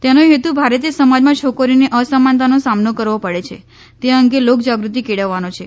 તેનો હેતુ ભારતીય સમાજમાં છોકરીઓને અસમાનતાનો સામનો કરવો પડે છે તે અંગે લોક જાગૃતિ કેળવવાનો છે